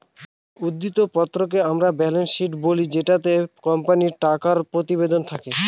উদ্ধৃত্ত পত্রকে আমরা ব্যালেন্স শীট বলি যেটিতে কোম্পানির টাকা প্রতিবেদন থাকে